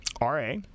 ra